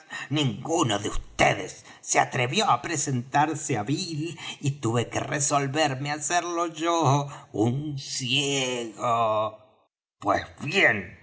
ninguno de vds se atrevió á presentarse á bill y tuve que resolverme á hacerlo yo un ciego pues bien